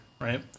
right